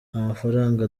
amafaranga